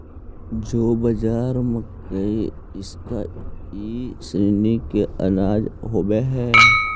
जौ, बाजरा, मकई इसब ई श्रेणी के अनाज होब हई